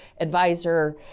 advisor